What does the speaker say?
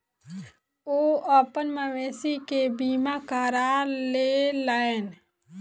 ओ अपन मवेशी के बीमा करा लेलैन